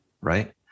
right